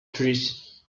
trees